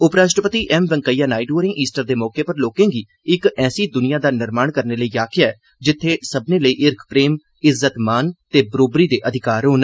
उपराश्ट्रपति एम वैंकेइया नायड् होरें ईस्टर दे मौके उप्पर लोकें गी इक ऐसी द्निया दा निर्माण करने लेई आखेआ ऐ जित्थें सब्भनें लेई हिरख इज्जत मान ते बरोबरी दे अधिकार होन